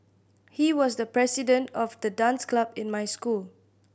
he was the president of the dance club in my school